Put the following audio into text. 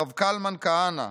הרב קלמן כהנא,